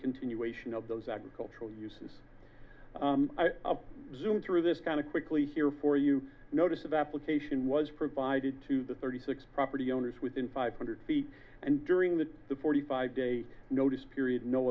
continuation of those agricultural uses zoom through this kind of quickly here for you notice of application was provided to the thirty six property owners within five hundred feet and during the forty five day notice period no